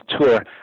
tour